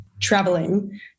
traveling